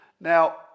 Now